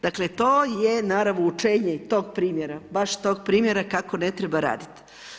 Dakle to je naravoučenje i tog primjera baš tog primjera kako ne treba raditi.